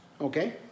okay